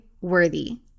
worthy